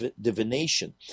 divination